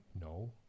no